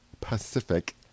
pacific